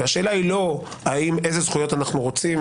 והשאלה היא לא איזה זכויות אנחנו רוצים,